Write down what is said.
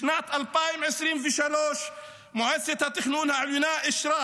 בשנת 2023 מועצת התכנון העליונה אישרה